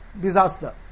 Disaster